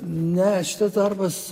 ne šitas darbas